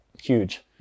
huge